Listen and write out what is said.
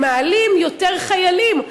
הם מעלים יותר חיילים,